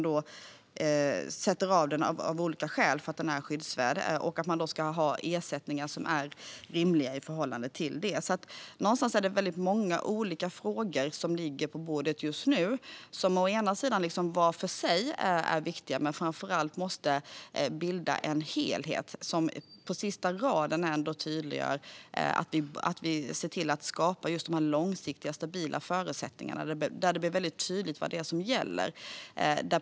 De sätter av den av olika skäl för att den är skyddsvärd, och de ska ha ersättningar som är rimliga i förhållande till det. Det är väldigt många olika frågor som ligger på bordet just nu. De är var för sig viktiga, men de måste framför allt bilda en helhet. Vi ska på sista raden tydliggöra att vi ska se till att skapa de långsiktiga, stabila förutsättningarna där det blir väldigt tydligt vad det är som gäller.